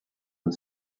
and